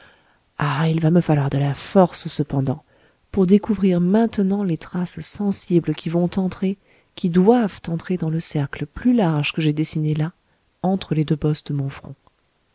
ah il va me falloir de la force cependant pour découvrir maintenant les traces sensibles qui vont entrer qui doivent entrer dans le cercle plus large que j'ai dessiné là entre les deux bosses de mon front